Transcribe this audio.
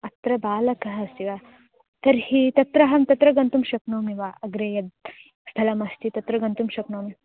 अत्र बालकः अस्ति वा तर्हि तत्र अहं तत्र गन्तुं शक्नोमि वा अग्रे यद् स्थलमस्ति तत्र गन्तुं शक्नोमि